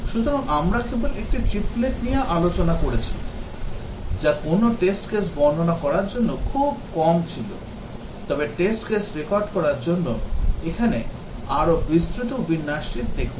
সুতরাং আমরা কেবল একটি triplet নিয়ে আলোচনা করেছি যা কোনও test case বর্ণনা করার জন্য খুব কম ছিল তবে test case রেকর্ড করার জন্য এখানে আরও বিস্তৃত বিন্যাসটি দেখুন